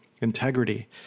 integrity